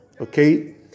Okay